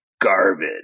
garbage